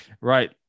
Right